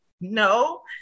no